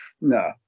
No